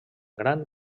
gran